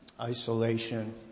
isolation